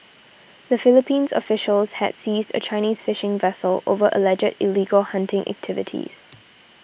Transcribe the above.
the Philippines officials had seized a Chinese fishing vessel over alleged illegal hunting activities